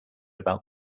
about